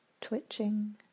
twitching